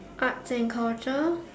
arts and culture